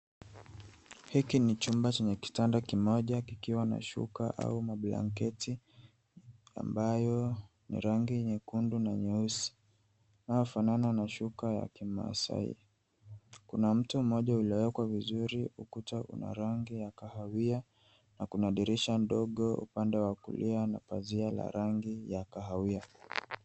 Hiki ni chumba chenye kitanda kimoja kikiwa na shuka au mablanketi ambayo ni rangi nyekundu na nyeusi inayofanana na shuka ya kimasai. Kuna mto mmoja uliowekwa vizuri. Ukuta una rangi ya kahawia na kuna dirisha ndogo upande wa kulia na pazia la rangi ya kahawia.